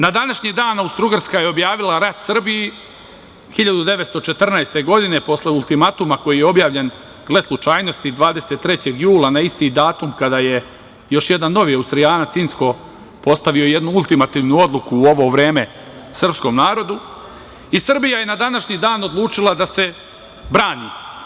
Na današnji dan Austrougarska je objavila rat Srbiji 1914. godine, posle ultimatuma koji je objavljen, gle slučajnosti, 23. jula, na isti datum kada je još jedan novi Austrijanac Incko postavio jednu ultimativnu odluku u ovo vreme srpskom narodu i Srbija je na današnji dan odlučila da se brani.